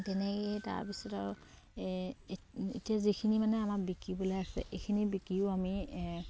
তেনেকেই তাৰপিছত আৰু এতিয়া যিখিনি মানে আমাৰ বিকিবলে আছে এইখিনি বিকিও আমি